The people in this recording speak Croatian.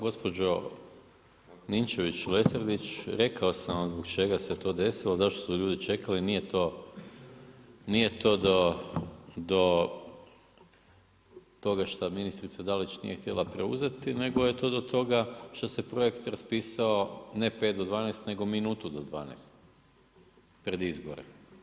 Gospođo Ninčević Lesandrić, rekao sam vam zbog čega se to desilo, zašto su ljudi čekali, nije to do toga što ministrica Dalić nije htjela preuzeti, nego je to do toga što se projekt raspisao, ne 5 do 12, nego minutu do 12 pred izbore.